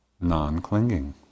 non-clinging